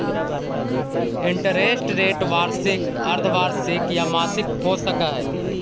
interest rate वार्षिक, अर्द्धवार्षिक या मासिक हो सकऽ हई